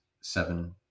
seven